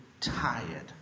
tired